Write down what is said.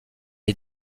est